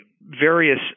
various